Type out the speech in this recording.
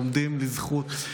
לומדים לזכות,